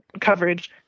coverage